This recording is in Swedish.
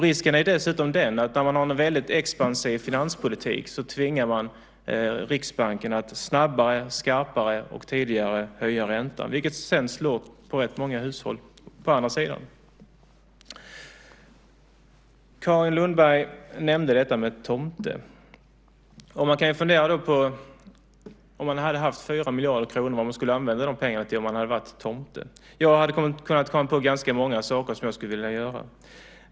Risken är dessutom den att när man har en väldigt expansiv finanspolitik tvingar man Riksbanken att snabbare, skarpare och tidigare höja räntan, vilket sedan slår mot rätt många hushåll. Carin Lundberg nämnde detta med tomten. Om man nu hade varit tomte och haft 4 miljarder kronor kan man ju fundera på vad man skulle ha använt pengarna till. Jag hade kunnat komma på ganska många saker som jag skulle ha velat göra.